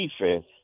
defense